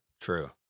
True